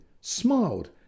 smiled